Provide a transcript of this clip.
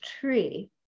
tree